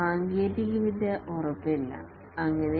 സാങ്കേതികവിദ്യ ഉറപ്പില്ല അങ്ങനെ